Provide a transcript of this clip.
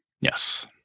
Yes